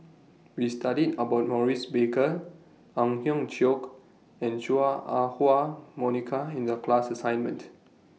We studied about Maurice Baker Ang Hiong Chiok and Chua Ah Huwa Monica in The class assignment